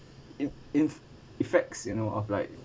it it effects you know of like